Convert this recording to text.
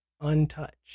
untouched